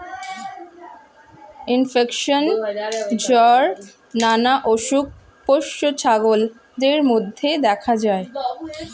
infection, জ্বর নানা অসুখ পোষ্য ছাগলদের মধ্যে দেখা যায়